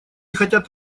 хотят